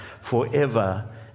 forever